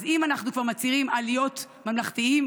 אז אם אנחנו כבר מצהירים על להיות ממלכתיים